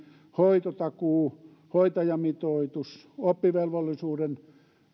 hoitotakuu hoitajamitoitus oppivelvollisuuden